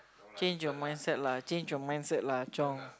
change your mindset lah change your mindset lah Chong